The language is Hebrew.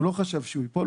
הוא לא חשב שהוא יפול,